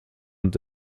und